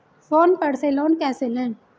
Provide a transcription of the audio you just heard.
Phone पर से loan कैसे लें?